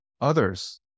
others